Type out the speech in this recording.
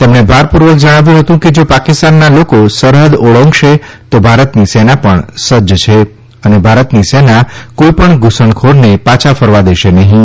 તેમણે ભારપૂર્વક જણાવ્યું હતું કે જા પાકિસ્તાનના લોકો સરહદ ઓળંગશે તો ભારતની સેના પણ સજ્જ છે અને ભારતની સેના કોઇપણ ધુસણખોરને પાછા ફરવા દેશે નહીં